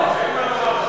אין מה לומר.